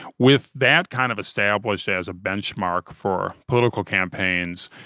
with that kind of established as a benchmark for political campaigns,